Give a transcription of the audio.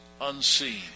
unseen